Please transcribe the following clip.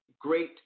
great